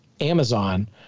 Amazon